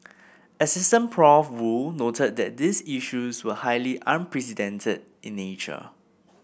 asst Prof Woo noted that these issues were highly unprecedented in nature